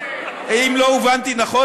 אם לא הובנתי נכון,